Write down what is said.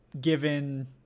given